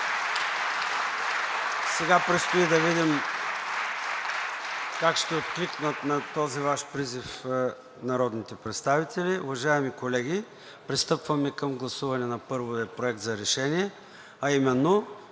Сега предстои да видим как ще откликнат на този Ваш призив народните представители. Уважаеми колеги, пристъпваме към гласуване на първия проект за решение, а именно: